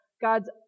God's